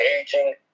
aging